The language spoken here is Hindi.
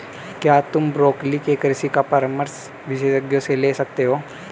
क्या तुम ब्रोकोली के कृषि का परामर्श विशेषज्ञों से ले सकते हो?